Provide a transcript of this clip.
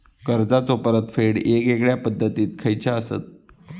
कर्जाचो परतफेड येगयेगल्या पद्धती खयच्या असात?